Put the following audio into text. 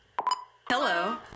Hello